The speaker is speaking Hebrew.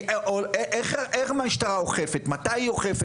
כי איך המשטרה אוכפת, מתי היא אוכפת.